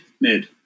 mid